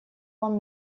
вам